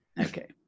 Okay